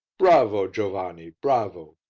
bravo, giovanni, bravo!